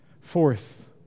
Fourth